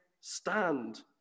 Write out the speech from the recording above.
stand